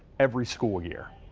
every school year.